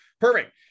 perfect